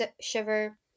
shiver